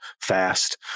fast